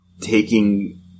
taking